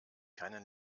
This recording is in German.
keine